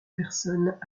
personnes